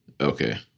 okay